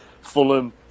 Fulham